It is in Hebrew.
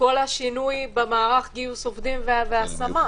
כל השינוי במערך גיוס העובדים וההשמה.